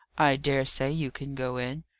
i dare say you can go in.